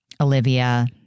Olivia